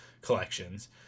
Collections